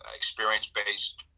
experience-based